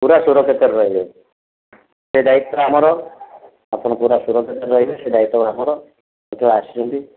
ପୁରା ସୁରକ୍ଷିତରେ ରହିବେ ସେ ଦାୟିତ୍ଵ ଆମର ଆପଣ ପୁରା ସୁରକ୍ଷିତରେ ରହିବେ ସେ ଦାୟିତ୍ଵ ଆମର ଯେତେବେଳେ ଆସିଛନ୍ତି